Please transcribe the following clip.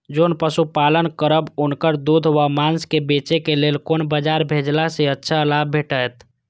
जोन पशु पालन करब उनकर दूध व माँस के बेचे के लेल कोन बाजार भेजला सँ अच्छा लाभ भेटैत?